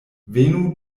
venu